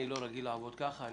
אני לא רגיל לעבוד כך.